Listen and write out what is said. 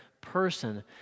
person